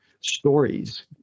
stories